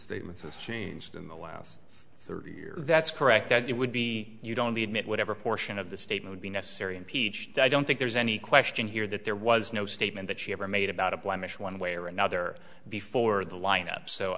statements has changed in the last thirty years that's correct that it would be you don't need me whatever portion of the state would be necessary impeached i don't think there's any question here that there was no statement that she ever made about a blemish one way or another before the lineup so